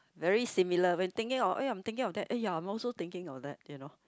very similar when thinking of oh ya I'm thinking that eh ya I'm also thinking of that you know